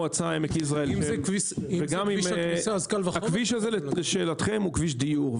הכביש הזה, לשאלתכם, הוא כביש דיור.